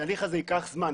התהליך הזה ייקח זמן,